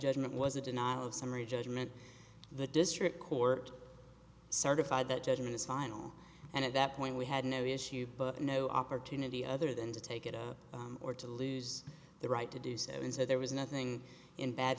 judgment was a denial of summary judgment the district court certified that judgment is final and at that point we had no issue no opportunity other than to take it up or to lose the right to do so and so there was nothing in bad